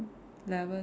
eleven